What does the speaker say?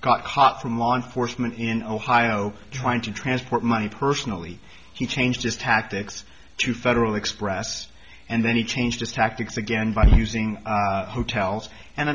got hot from law enforcement in ohio trying to transport money personally he changed his tactics to federal express and then he changed his tactics again by using hotels and